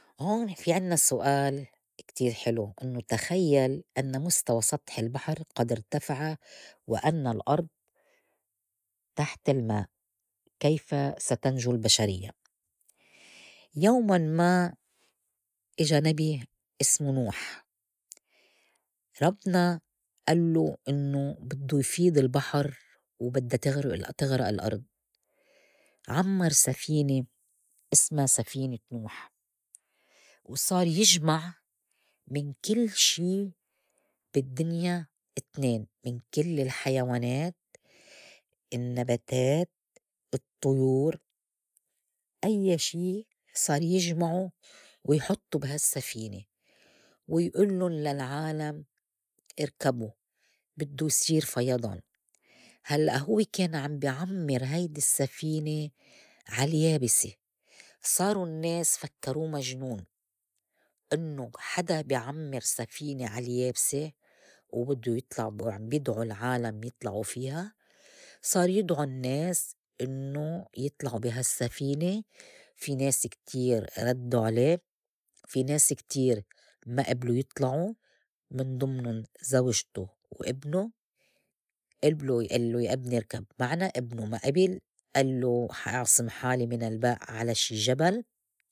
هون في عنّا سؤال كتير حلو إنّو تخيّل أنّ مُستوى سطح البحر قد ارتفع وأنّ الأرض تحت الماء كيف ستنجو البشريّة؟ يومٌ ما إجا نبي اسمه نوح ربنا ألّو إنّو بدّو يفيض البحر وبدّا تغرُء- تغرَء الأرض، عمّر سفينة اسما سفينة نوح وصار يجمَع من كل شي بالدّنيا تنين من كل الحيوانات، النّباتات، الطّيور، أيّا شي صار يجمعوا ويحطّو بها سّفينة ويئلّن للعالم اركبوا بدّو يصير فيضان، هلّئ هوّ كان عم بي عمّر هيدي السّفينة عاليابسة صاروا النّاس فكّرو مجنون أنّو حدا بي عمّر سفينة عاليابسة وبدّو يطلع عم يدعوا العالم يطلعوا فيها صار يدعوا النّاس إنّو يطلعوا بها سّفينة في ناس كتير ردّوا عليه في ناس كتير ما ابلوا يطلعوا من ضمنن زوجته وابنه ابنه ألّو يا إبني ركاب معنى ابنه ما ئبل ألّو حا أعصم حالي من الماء على شي جبل.